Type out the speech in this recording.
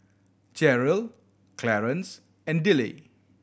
Jeryl Clarance and Dillie